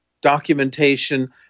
documentation